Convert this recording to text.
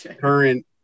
current